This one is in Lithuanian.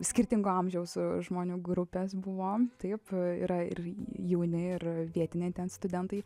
skirtingo amžiaus žmonių grupės buvo taip yra ir jauni ir vietiniai ten studentai